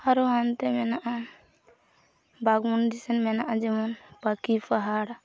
ᱟᱨᱚ ᱦᱟᱱᱛᱮ ᱢᱮᱱᱟᱜᱼᱟ ᱵᱟᱜᱽᱢᱩᱱᱰᱤ ᱥᱮᱱ ᱢᱮᱱᱟᱜᱼᱟ ᱡᱮᱢᱚᱱ ᱯᱟᱠᱷᱤ ᱯᱟᱦᱟᱲ